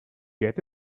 get